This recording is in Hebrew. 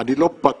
אני לא בטוח,